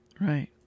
Right